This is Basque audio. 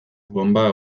bonba